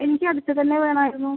എനിക്കടുത്ത് തന്നെ വേണമായിരുന്നു